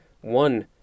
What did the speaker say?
One